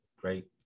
great